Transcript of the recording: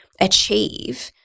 achieve